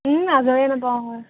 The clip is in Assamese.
আজৰিয়ে নাপাওঁ হয়